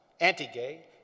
anti-gay